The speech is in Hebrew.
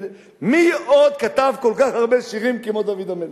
מי עוד כתב כל כך הרבה שירים כמו דוד המלך?